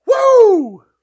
Woo